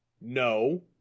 no